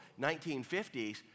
1950s